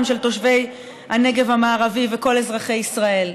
בגלל זה הזעם של תושבי הנגב המערבי וכל אזרחי ישראל,